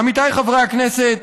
עמיתיי חברי הכנסת,